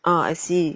ah I see